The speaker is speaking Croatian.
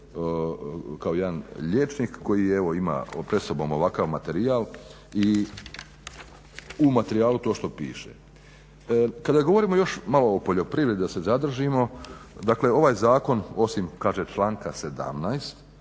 kao jedan liječnik koji evo ima pred sobom ovakav materijal i u materijalu to što piše. Kada govorimo još malo o poljoprivredi, da se zadržimo, dakle ovaj zakon osim, kaže članka 17.